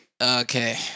Okay